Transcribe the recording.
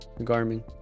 Garmin